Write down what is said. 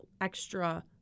extra